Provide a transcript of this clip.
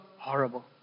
Horrible